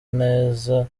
neza